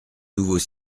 nouveaux